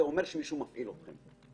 זה אומר שמישהו מפעיל אתכם.